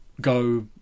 go